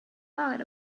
thought